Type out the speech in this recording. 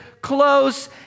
close